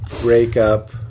Breakup